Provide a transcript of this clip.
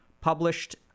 published